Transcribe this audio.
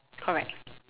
correct